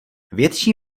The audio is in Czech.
větší